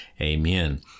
Amen